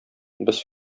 без